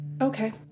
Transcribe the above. Okay